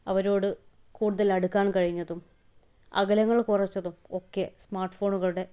അവരോട് കൂടുതൽ അടുക്കാൻ കഴിഞ്ഞതും അകലങ്ങൾ കുറച്ചതും ഒക്കെ സ്മാർട്ട് ഫോണുകളുടെ